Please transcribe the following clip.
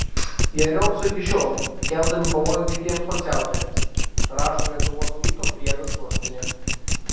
jie riogso iki šiol keldami pavojų kitiems poilsiautojams rašo lietuvos ryto priedas sostinė